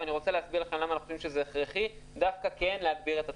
אבל אני רוצה להסביר לכם למה זה הכרחי דווקא כן להגביר את התחרות.